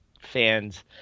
fans